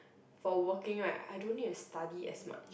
for working right I don't need to study as much